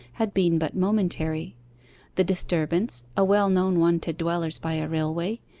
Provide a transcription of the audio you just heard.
had been but momentary the disturbance, a well-known one to dwellers by a railway,